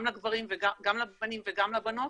גם לבנים וגם לבנות,